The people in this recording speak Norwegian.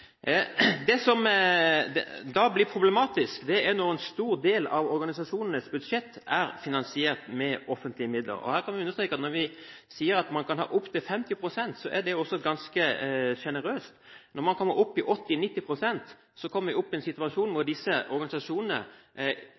Det som da blir problematisk, er når en stor del av organisasjonenes budsjett er finansiert med offentlige midler. Her kan vi understreke at når vi sier at man kan ha opptil 50 pst., er det også ganske generøst. Når man kommer opp i 80–90 pst., kommer vi opp i en situasjon hvor disse organisasjonene